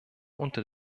unter